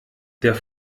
der